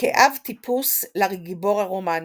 כאב טיפוס לגיבור הרומנטי,